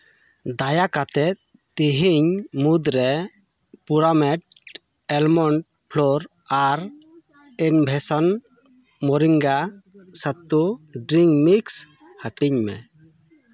ᱫᱟᱭᱟ ᱠᱟᱛᱮᱫ ᱛᱮᱦᱮᱧ ᱢᱩᱫᱽᱨᱮ ᱯᱳᱲᱟᱢᱮᱫ ᱮᱞᱢᱚᱰ ᱯᱞᱳᱨ ᱟᱨ ᱤᱱᱵᱷᱮᱥᱚᱱ ᱢᱚᱨᱤᱝᱜᱟ ᱥᱟᱛᱛᱳ ᱰᱨᱤᱝᱥ ᱢᱤᱠᱥ ᱦᱟᱹᱴᱤᱧ ᱢᱮ